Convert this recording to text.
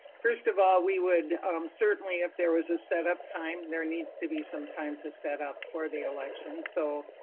first of all, we would certainly, if there was a set up time, there needs to be some time to set up for the election. so,